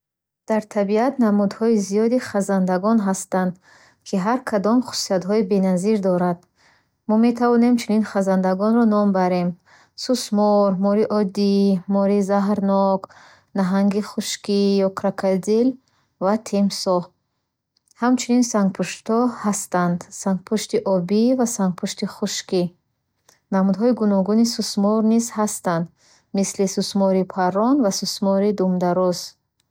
Дар табиат намудҳои зиёди хазандагон ҳастанд, ки ҳар кадом хусусиятҳои беназир дорад. Мо метавонем чунин хазандагонро ном барем: сусмор, мори оддӣ, мори мори заҳрнок наҳанги хушкӣ ё крокодил ва тимсоҳ. Ҳамчунин сангпуштҳо ҳастанд. Сангпушти обӣ ва сангпушти хушкӣ. Намудҳои гуногуни сусмор низ ҳастанд, мисли сусмори паррон ва сусмори думдароз.